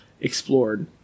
explored